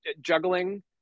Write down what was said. juggling